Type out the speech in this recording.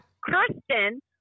Kristen